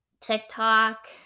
TikTok